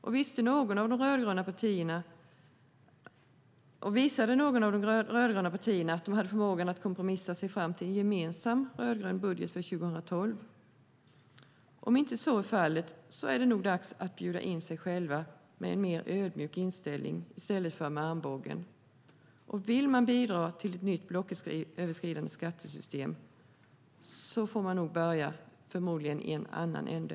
Och visade något av de rödgröna partierna att de hade förmågan att kompromissa sig fram till en gemensam rödgrön budget för 2012? Om så inte är fallet är det nog dags att bjuda in sig själva med en mer ödmjuk inställning i stället för med armbågen. Vill man bidra till ett nytt blocköverskridande skattesystem får man nog börja i en annan ände.